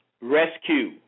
Rescue